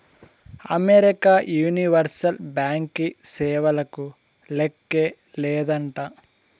America universal banking సేవలకు లేక్కే లేదంట